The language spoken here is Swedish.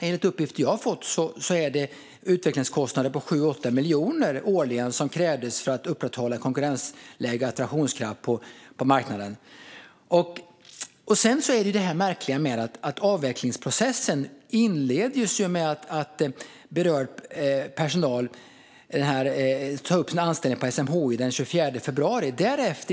Enligt de uppgifter som jag har fått handlade det om utvecklingskostnader på 7-8 miljoner årligen som krävdes för att upprätthålla konkurrensläge och attraktionskraft på marknaden. Sedan har vi det märkliga med att avvecklingsprocessen inleddes med att berörd person sa upp sin anställning vid SMHI den 24 februari.